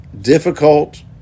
difficult